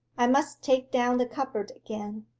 i must take down the cupboard again.